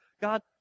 God